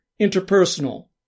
interpersonal